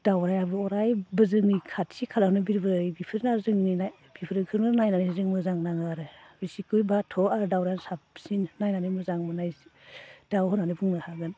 दाउरायाबो अरायबो जोंनि खाथि खालायावनो बिरबोयो बेफोरनो आरो जोंनि बेफोरखौनो नायनानै जों मोजां नाङो आरो बिसेसकय बाथ' आरो दाउराया साबसिन नायनानै मोजां मोननाय दाउ होननानै बुंनो हागोन